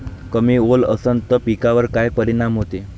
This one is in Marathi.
कमी ओल असनं त पिकावर काय परिनाम होते?